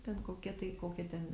ten kokia tai kokia ten